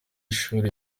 ishuri